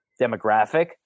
demographic